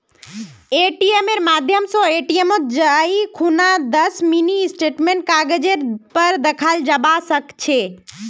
एटीएमेर माध्यम स एटीएमत जाई खूना दस मिनी स्टेटमेंटेर कागजेर पर दखाल जाबा सके छे